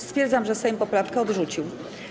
Stwierdzam, że Sejm poprawkę odrzucił.